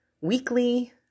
weekly